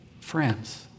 Friends